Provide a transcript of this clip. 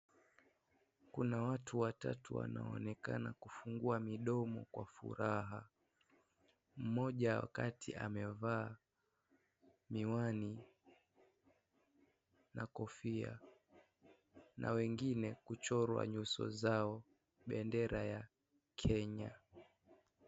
Kuna watu watatu wanaonekana kufungua mdomo kwa furaha. Mmoja wa kati amevaa miwani na kofia na wengine kuchorwa nyuso zao bendera ya Kenya.